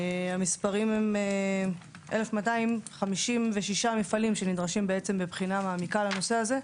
המספרים הם 1,256 מפעלים שנדרשים בעצם בבחינה מעמיקה לנושא הזה.